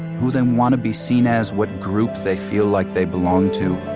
who they want to be seen as, what group they feel like they belong to.